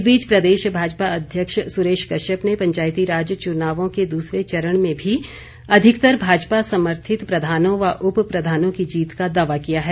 इस बीच प्रदेश भाजपा अध्यक्ष सुरेश कश्यप ने पंचायतीराज चुनावों के दूसरे चरण में भी अधिकतर भाजपा समर्थित प्रधानों व उप प्रधानों की जीत का दावा किया है